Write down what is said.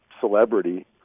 celebrity